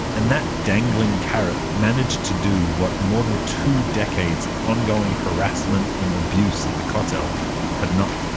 and that dangling carrot managed to do what more than two decades of ongoing harassment and abuse at the kotel had not.